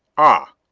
ah,